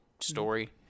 story